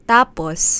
Tapos